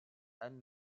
anne